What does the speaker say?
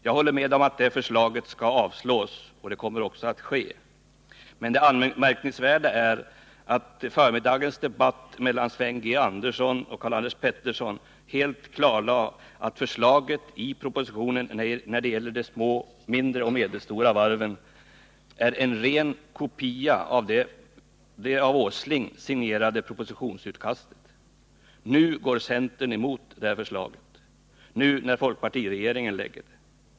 Jag håller med om att förslaget skall avslås, och det kommer också att ske, men det anmärkningsvärda är att förmiddagens debatt mellan Sven G. Andersson och Karl-Anders Petersson helt klarlade att förslaget i propositionen när det gäller de mindre och medelstora varven är en ren kopia av det av herr Åsling signerade propositionsutkastet. Nu går centern emot det förslaget, nu när folkpartiregeringen lägger fram det.